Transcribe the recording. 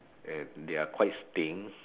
and they are quite stink